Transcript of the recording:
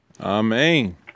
Amen